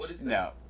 No